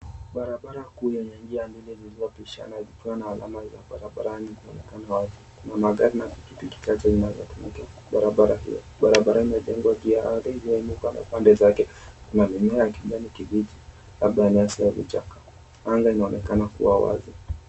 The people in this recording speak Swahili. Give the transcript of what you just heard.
Barabara kuu yenye njia mbili zilizopishana zikiwa na alama za barabarani zinaonekana wazi na magari na pikipiki chache zinazotumika barabara hiyo. Barabara imejengwa juu ya ardhi iliyoinuka na pande zake kuna mimea ya kijanikibichi labda nyasi au vichaka. Anga inaonekana kuwa wazi.